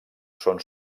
són